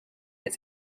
its